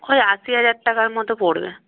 ওই আশি হাজার টাকার মতো পড়বে